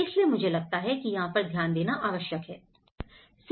इसलिए मुझे लगता है कि यहां पर ध्यान देना आवश्यक है